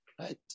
Right